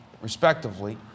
respectively